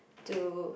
to